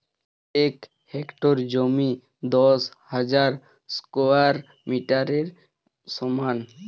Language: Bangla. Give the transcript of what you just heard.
এক হেক্টর জমি দশ হাজার স্কোয়ার মিটারের সমান